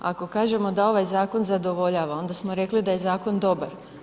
Ako kažemo da ovaj zakon zadovoljava onda smo rekli da je zakon dobar.